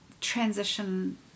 transition